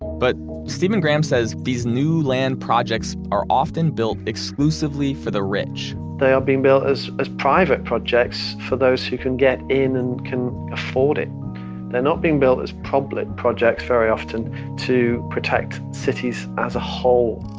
but stephen graham says these new land projects are often built exclusively for the rich. they are being built as as private projects for those who can get in can afford it. they're not being billed as public projects very often to protect cities as a whole.